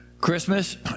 Christmas